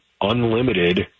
unlimited